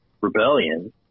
rebellion